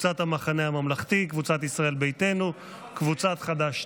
חברי הכנסת יאיר לפיד, מאיר כהן, קארין אלהרר,